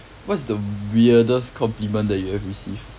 what's the weirdest compliment that you have received